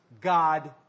God